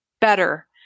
better